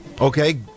Okay